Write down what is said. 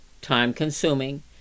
time-consuming